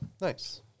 nice